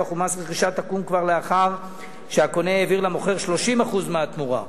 ומס רכישה תקום כבר לאחר שהקונה העביר למוכר 30% מהתמורה,